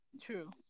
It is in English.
True